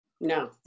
No